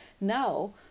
Now